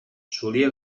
solia